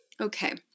Okay